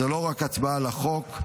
זו לא רק הצבעה על החוק,